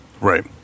right